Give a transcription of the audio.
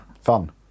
Fun